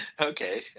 okay